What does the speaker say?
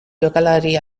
jokalari